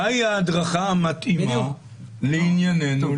מה היא ההדרכה המתאימה לענייננו,